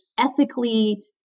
ethically